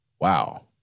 wow